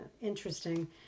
interesting